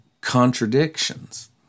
contradictions